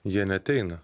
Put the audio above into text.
jie neateina